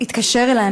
התקשר אלי,